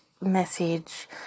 message